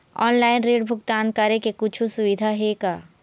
Online ऋण भुगतान करे के कुछू सुविधा हे का?